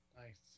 Nice